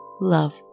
Love